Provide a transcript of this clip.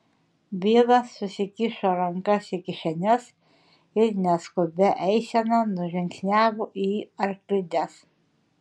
bilas susikišo rankas į kišenes ir neskubia eisena nužingsniavo į arklides